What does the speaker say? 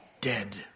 dead